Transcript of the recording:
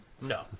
No